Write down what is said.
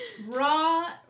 raw